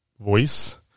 voice